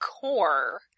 Core